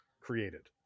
created